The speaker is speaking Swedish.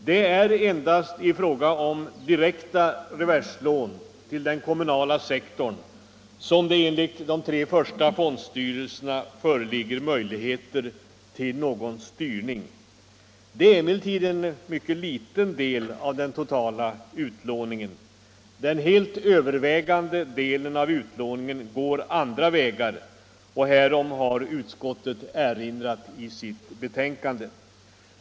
Det är endast i fråga om direkta reverslån till den kommunala sektorn som det enligt de tre första fondstyrelserna föreligger möjligheter till någon styrning. Dessa lån är emellertid en mycket liten del av den totala utlåningen. Den helt övervägande delen av utlåningen går andra vägar, och härom har utskottet erinrat i sitt betänkande.